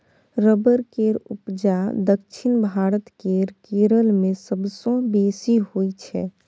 rubber केर उपजा दक्षिण भारत केर केरल मे सबसँ बेसी होइ छै